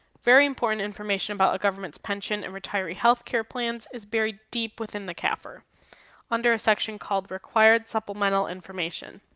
very important information about a government's pension and retiree health care plans is buried deep within the cafr under a section called required supplemental information.